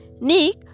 Nick